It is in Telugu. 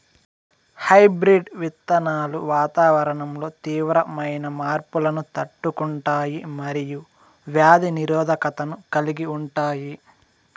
హైబ్రిడ్ విత్తనాలు వాతావరణంలో తీవ్రమైన మార్పులను తట్టుకుంటాయి మరియు వ్యాధి నిరోధకతను కలిగి ఉంటాయి